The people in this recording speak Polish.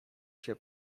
się